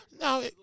No